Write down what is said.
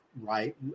right